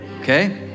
okay